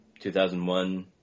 2001